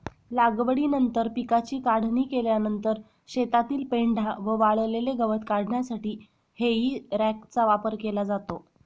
लागवडीनंतर पिकाची काढणी केल्यानंतर शेतातील पेंढा व वाळलेले गवत काढण्यासाठी हेई रॅकचा वापर केला जातो